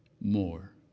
more